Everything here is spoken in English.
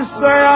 say